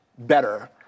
better